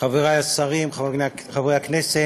חברי השרים, חברי הכנסת,